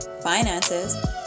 finances